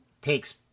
takes